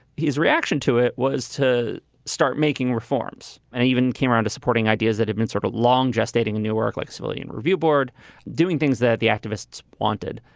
his reaction to it was to start making reforms and even came around to supporting ideas that have been sort of long gestating, newark like civilian review board doing things that the activists wanted.